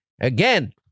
again